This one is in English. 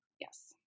Yes